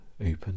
open